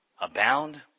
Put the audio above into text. abound